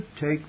take